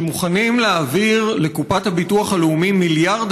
שמוכנים להעביר לקופת הביטוח הלאומי 1.5 מיליארד